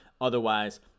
otherwise